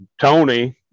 Tony